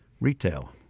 Retail